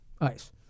ice